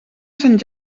sant